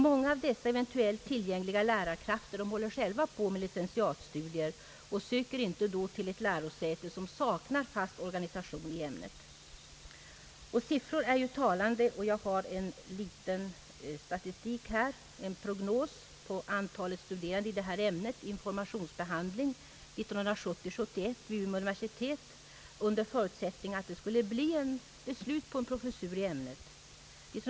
Många av de eventuellt tillgängliga lärarkrafterna håller själva på med licentiatstudier och söker ej då till lärosäte, som saknar fast organisation i ämnet. Siffror är ju talande, och jag har en liten statistik här, en prognos på antalet studerande i detta ämne — informationsbehandling — 1970/71 vid Umeå universitet under förutsättning att det skulle bli beslut på professur i ämnet.